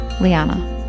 Liana